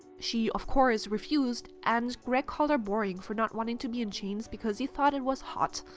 she, of course, refused and greg called her boring for not wanting to be in chains because he thought it was hot.